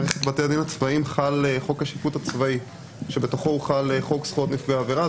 בתוכה חל חוק השיפוט הצבאי שבתוכו חל חוק זכויות נפגעי עבירה,